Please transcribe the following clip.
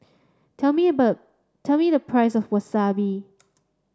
tell me tell me the price of Wasabi